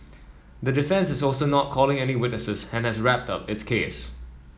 the defence is also not calling any witnesses and has wrapped up its case